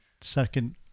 second